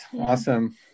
Awesome